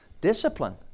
Discipline